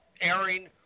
airing